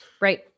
Right